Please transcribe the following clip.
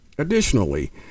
Additionally